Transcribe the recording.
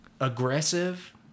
aggressive